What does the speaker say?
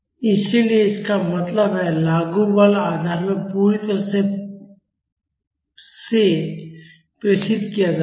इसलिए इसका मतलब है लागू बल आधार में पूरी तरह से में प्रेषित किया जाता है